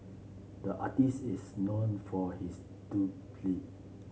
the artist is known for his